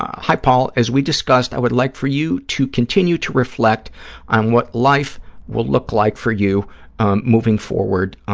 hi, paul, as we discussed, i would like for you to continue to reflect on what life will look like for you moving forward,